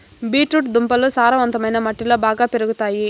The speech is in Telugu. బీట్ రూట్ దుంపలు సారవంతమైన మట్టిలో బాగా పెరుగుతాయి